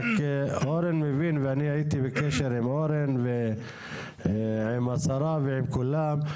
רק אורן מבין ואני הייתי בקשר עם אורן ועם השרה ועם כולם.